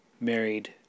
married